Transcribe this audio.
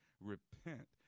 Repent